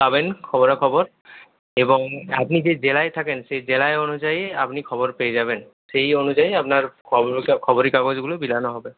পাবেন খবরাখবর এবং আপনি যে জেলায় থাকেন সেই জেলায় অনুযায়ী আপনি খবর পেয়ে যাবেন সেই অনুযায়ী আপনার খবরের কাগজগুলো বিলানো হবে